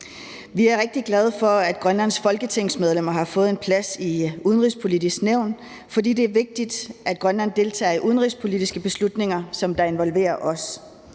Vi er rigtig glade for, at Grønlands folketingsmedlemmer har fået en plads i Det Udenrigspolitiske Nævn, for det er vigtigt, at Grønland deltager i udenrigspolitiske beslutninger, som involverer os.